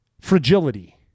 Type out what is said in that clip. fragility